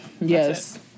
yes